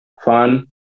fun